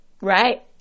Right